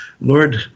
Lord